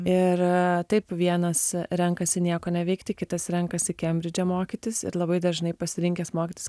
ir taip vienas renkasi nieko neveikti kitas renkasi kembridže mokytis ir labai dažnai pasirinkęs mokytis